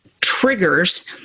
triggers